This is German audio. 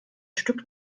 stück